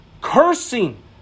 Cursing